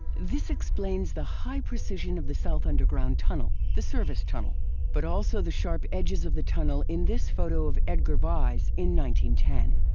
this explains the high precision of the south underground tunnel, the service tunnel but also the sharp edges of the tunnel in this photo of edgar wise in one